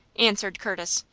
answered curtis,